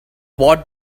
what